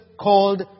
called